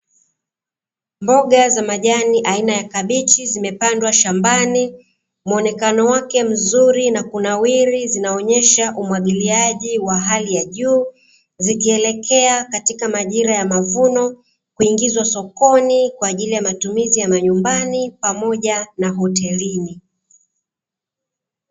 Mboga za majani aina ya kabichi zimepandwa shambani. Muonekano wake mzuri na kunawiri, zinaonyesha umwagiliaji wa hali ya juu, zikielekea katika majira ya mavuno, kuingizwa sokoni kwa ajili ya matumizi ya majumbani pamoja na hotelini.